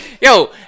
Yo